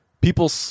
people